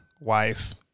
wife